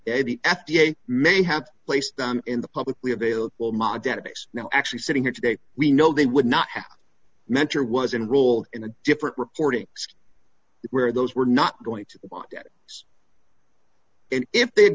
if the f d a may have placed them in the publicly available ma database now actually sitting here today we know they would not have mentor was enrolled in a different reporting where those were not going to want it and if they had